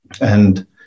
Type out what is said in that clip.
and-